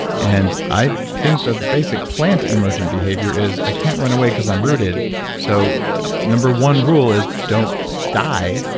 and i think that the basic plant emergent behavior is i can't run away because i'm rooted so number one rule is don't die,